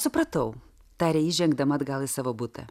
supratau tarė ji žengdama atgal į savo butą